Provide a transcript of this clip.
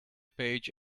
page